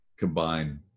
Combine